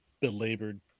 belabored